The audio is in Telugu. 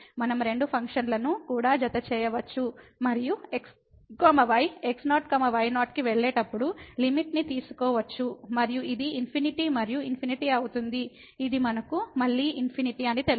మనం రెండు ఫంక్షన్లను కూడా జతచేయవచ్చు మరియు x y x0 y0 కి వెళ్లేటప్పుడు లిమిట్ ని తీసుకోవచ్చు మరియు ఇది ఇన్ఫినిటీ మరియు ఇన్ఫినిటీ అవుతుంది ఇది మనకు మళ్ళీ ఇన్ఫినిటీ అని తెలుసు